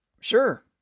Sure